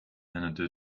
handed